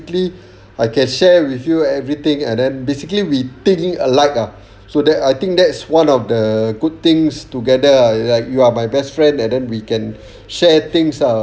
ally I can share with you everything and then basically we think alike ah so that I think that is one of the good things together like you are my best friend and then we can share things ah